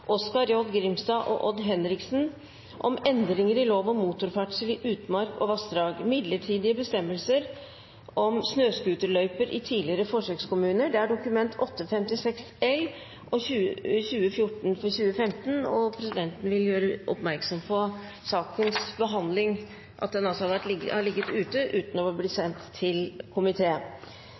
Oskar J. Grimstad og Odd Henriksen om endringer i lov om motorferdsel i utmark og vassdrag. Midlertidig bestemmelse om snøscooterløype i tidligere forsøkskommuner